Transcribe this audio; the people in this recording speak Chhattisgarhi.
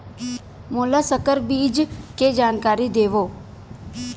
मोला संकर बीज के जानकारी देवो?